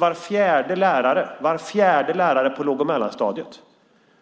Var fjärde lärare på låg och mellanstadiet